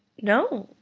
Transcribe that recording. no,